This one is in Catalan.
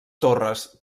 torres